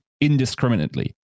indiscriminately